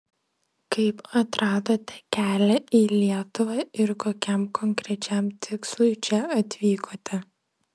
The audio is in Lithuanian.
kaip atradote kelią į lietuvą ir kokiam konkrečiam tikslui čia atvykote